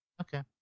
Okay